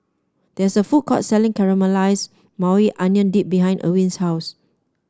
there is a food court selling Caramelized Maui Onion Dip behind Erwin's house